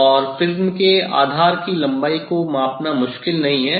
और प्रिज्म के आधार की लम्बाई को मापना मुश्किल नहीं है